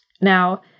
Now